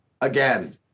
again